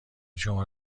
شما